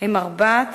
הן ארבעת